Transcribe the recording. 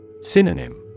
Synonym